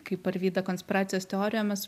kaip arvyda konspiracijos teorijomis